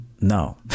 No